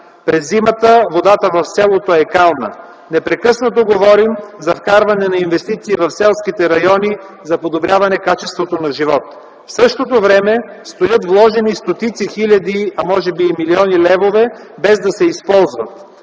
През зимата водата в селото е кална. Непрекъснато говорим за вкарване на инвестиции в селските райони за подобряване качеството на живот. В същото време стоят вложени стотици хиляди, а може би и милиони левове, без да се използват.